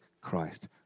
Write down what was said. Christ